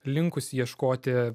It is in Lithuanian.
linkusi ieškoti